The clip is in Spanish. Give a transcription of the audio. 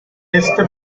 este